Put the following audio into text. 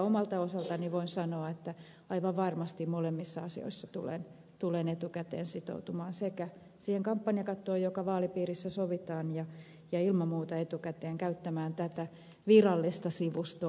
omalta osaltani voin sanoa että aivan varmasti molempiin asioihin tulen etukäteen sitoutumaan sekä siihen kampanjakattoon joka vaalipiirissä sovitaan että ilman muuta etukäteen käyttämään tätä virallista sivustoa